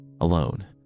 alone